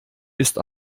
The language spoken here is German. ist